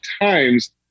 times